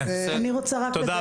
תודה,